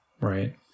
Right